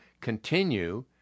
continue